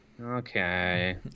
Okay